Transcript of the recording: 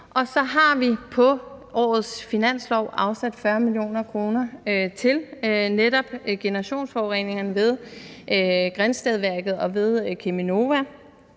Og så har vi på årets finanslov afsat 40 mio. kr. til netop generationsforureningerne ved Grindstedværket og ved Cheminova.